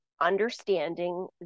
understanding